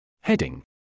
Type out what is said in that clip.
Heading